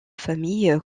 famille